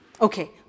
Okay